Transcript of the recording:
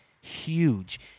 Huge